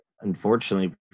unfortunately